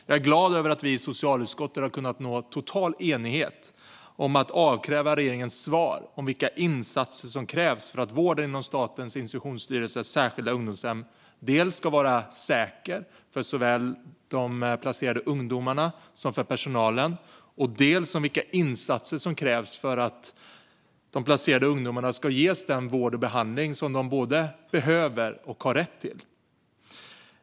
Jag är glad över att vi i socialutskottet har kunnat nå total enighet om att avkräva regeringen svar om vilka insatser som krävs dels för att vården inom Statens institutionsstyrelses särskilda ungdomshem ska vara säker för såväl de placerade ungdomarna som för personalen, dels för att de placerade ungdomarna ska ges den vård och behandling som de både behöver och har rätt till.